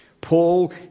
Paul